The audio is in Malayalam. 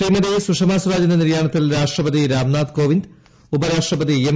ശ്രീമതി സുഷമ സ്വരാജിന്റെ നിര്യാണത്തിൽ രാഷ്ട്രപതി രാംനാഥ് കോവിന്ദ് ഉപരാഷ്ട്രപതി എം